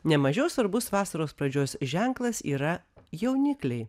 nemažiau svarbus vasaros pradžios ženklas yra jaunikliai